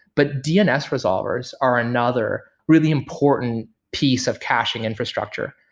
but dns resolvers are another really important piece of caching infrastructure.